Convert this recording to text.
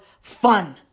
fun